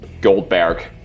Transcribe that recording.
Goldberg